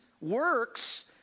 works